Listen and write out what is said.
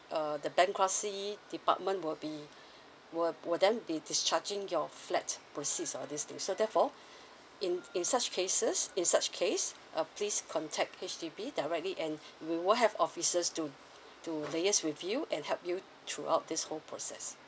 err the bankruptcy department will be will will then be discharging your flat proceed all these thing so therefore in in such cases in such case uh please contact H_D_B directly and we will have officers to to liaise with you and help you throughout this whole process